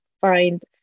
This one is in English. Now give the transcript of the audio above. find